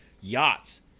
yachts